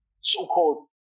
so-called